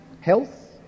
health